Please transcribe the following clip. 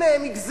הנה הם הגזימו,